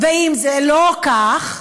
ואם זה לא כך,